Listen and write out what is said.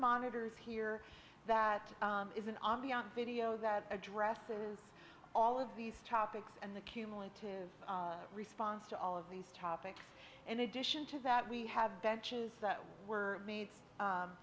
monitors here that isn't on the on the video that addresses all of these topics and the cumulative response to all of these topics in addition to that we have benches that were made